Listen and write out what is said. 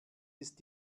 ist